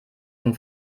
zum